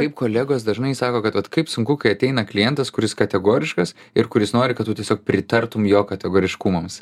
taip kolegos dažnai sako kad vat kaip sunku kai ateina klientas kuris kategoriškas ir kuris nori kad tu tiesiog pritartumei jo kategoriškumams